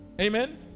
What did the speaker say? Amen